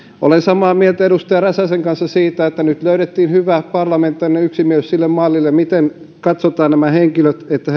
olen samaa mieltä edustaja räsäsen kanssa siitä että nyt löydettiin hyvä parlamentaarinen yksimielisyys sille mallille miten katsotaan että